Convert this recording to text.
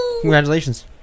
Congratulations